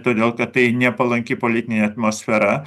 todėl kad tai nepalanki politinė atmosfera